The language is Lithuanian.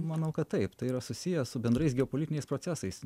manau kad taip tai yra susiję su bendrais geopolitiniais procesais